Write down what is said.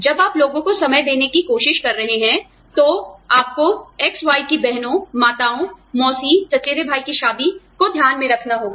जब आप लोगों को समय देने की कोशिश कर रहे हैं तो आपको 'X' 'Y' की बहनों माताओं मौसी चचेरे भाई की शादी को ध्यान में रखना होगा